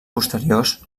posteriors